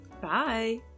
Bye